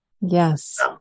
Yes